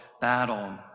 battle